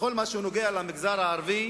בכל מה שנוגע למגזר הערבי